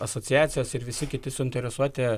asociacijos ir visi kiti suinteresuoti